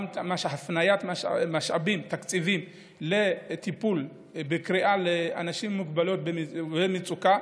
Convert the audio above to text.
גם הפניית משאבים ותקציבים לטיפול בקריאה לאנשים עם מוגבלויות ובמצוקה.